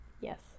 Yes